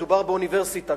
מדובר באוניברסיטה.